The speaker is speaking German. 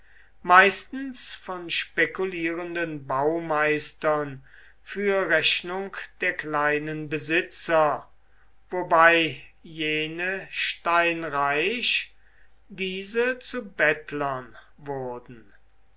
meistens von spekulierenden baumeistern für rechnung der kleinen besitzer wobei jene steinreich diese zu bettlern wurden